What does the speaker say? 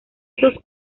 esos